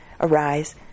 arise